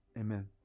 Amen